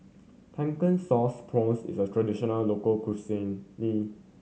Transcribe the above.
Pumpkin Sauce Prawns is a traditional local cuisine